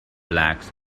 blacks